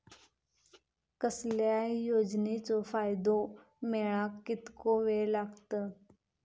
कसल्याय योजनेचो फायदो मेळाक कितको वेळ लागत?